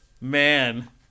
man